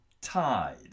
Tide